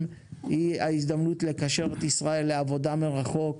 היא ההזדמנות לקשר את ישראל לעבודה מרחוק,